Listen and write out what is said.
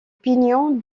pignon